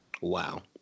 Wow